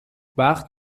وقت